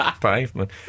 pavement